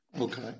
Okay